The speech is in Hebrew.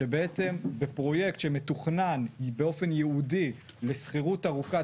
שבעצם בפרויקט שמתוכנן באופן ייעודי לשכירות ארוכת